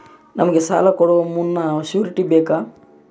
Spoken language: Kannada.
ನಮಗೆ ಸಾಲ ಕೊಡುವ ಮುನ್ನ ಶ್ಯೂರುಟಿ ಬೇಕಾ?